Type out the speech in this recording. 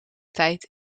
tijd